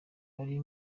bari